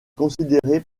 considéré